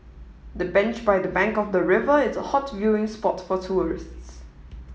the bench by the bank of the river is a hot viewing spot for tourists